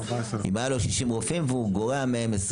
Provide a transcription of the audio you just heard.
אם היו לו 60 רופאים והוא גורע מהם 20